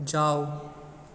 जाउ